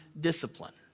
discipline